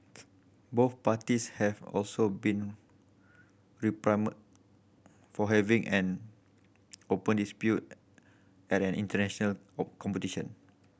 both parties have also been for having an open dispute at an international competition